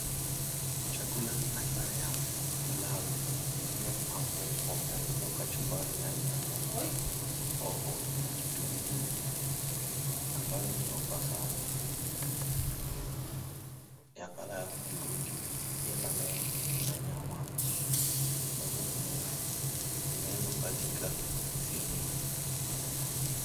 Chakula aina ya pilau iliyopambwa kwa kuongezwa kachumbari ya nyanya, hoho na kitunguu ambayo imewekwa kwa sahani ya colour ya hudhurungi. Pia kando yake kuna nyama ambazo zimewekwa katika sinia.